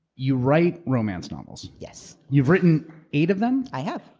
you write romance novels. yes. you've written eight of them? i have.